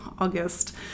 August